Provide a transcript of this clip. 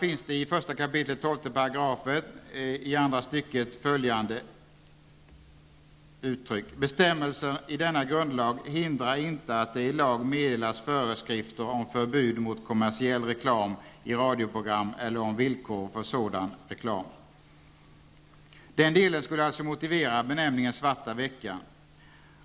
I 1 kap. 12 § heter det i andra stycket: ''Bestämmelserna i denna grundlag hindrar inte att det i lag meddelas föreskrifter om förbud i övrigt mot kommersiell reklam i radioprogram eller om villkor för sådan reklam.'' Den delen skulle alltså motivera benämningen ''svarta veckan''.